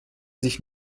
sich